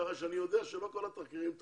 כך שאני יודע שלא כל התחקירים טובים.